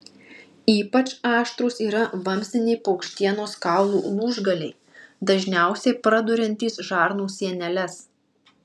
ypač aštrūs yra vamzdiniai paukštienos kaulų lūžgaliai dažniausiai praduriantys žarnų sieneles